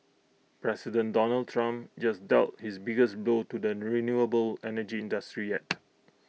President Donald Trump just dealt his biggest blow to the renewable energy industry yet